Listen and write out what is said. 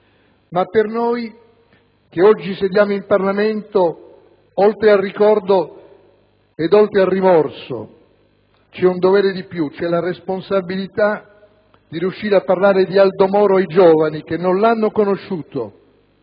Ma per noi che oggi sediamo in Parlamento, oltre al ricordo e al rimorso, c'è un dovere in più. C'è la responsabilità di riuscire a parlare di Aldo Moro ai giovani che non l'hanno conosciuto